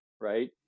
right